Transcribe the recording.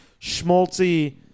schmaltzy